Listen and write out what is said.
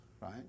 right